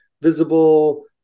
visible